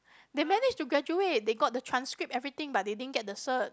they managed to graduate they got the transcript everything but they didn't get the cert